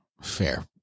Fair